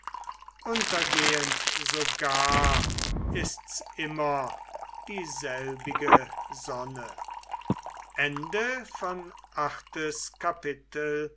untergehend sogar ist's immer dieselbige sonne